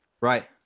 Right